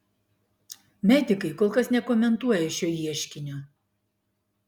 medikai kol kas nekomentuoja šio ieškinio